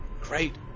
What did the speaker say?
Great